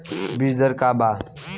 बीज दर का वा?